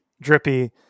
Drippy